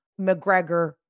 McGregor